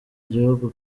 gihugu